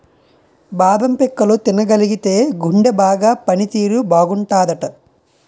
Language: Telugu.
బాదం పిక్కలు తినగలిగితేయ్ గుండె బాగా పని తీరు బాగుంటాదట